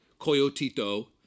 Coyotito